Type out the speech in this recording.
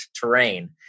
terrain